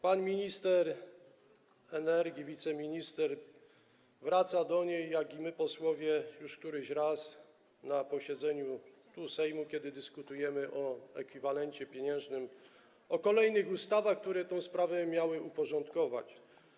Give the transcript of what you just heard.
Pan minister energii, wiceminister wraca do niej, jak i my, posłowie, już któryś raz na posiedzeniu Sejmu, kiedy dyskutujemy o ekwiwalencie pieniężnym, o kolejnych ustawach, które tę sprawę miały uporządkować.